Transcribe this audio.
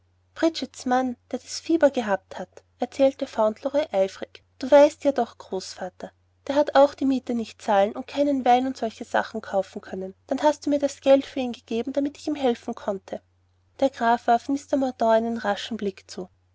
der das fieber gehabt hat erklärte fauntleroy eifrig du weißt ja doch großvater der hat auch die miete nicht zahlen und keinen wein und solche sachen kaufen können dann hast du mir das geld für ihn gegeben damit ich ihm helfen konnte der graf warf mr mordaunt einen raschen blick zu